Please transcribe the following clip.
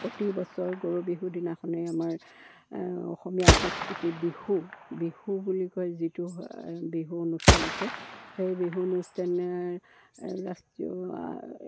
প্ৰতি বছৰ গৰু বিহু দিনাখনেই আমাৰ অসমীয়া সংস্কৃতি বিহু বিহু বুলি কয় যিটো বিহু অনুষ্ঠান আছে সেই বিহু অনুষ্ঠান ৰাষ্ট্ৰীয়